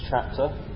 chapter